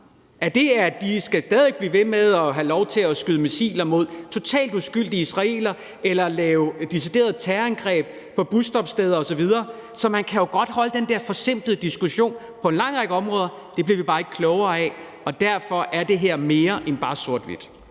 Hamas? Skal de stadig væk have lov til at skyde missiler mod totalt uskyldige israelere eller at foretage deciderede terrorangreb på busstoppesteder osv.? Man kan jo godt have den der forsimplede diskussion på en lang række områder. Det bliver vi bare ikke klogere af, og derfor må jeg sige, at det her er mere end bare sort-hvidt.